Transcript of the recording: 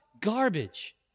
garbage